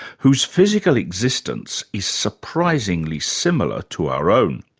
whose physical existence is surprisingly similar to our own.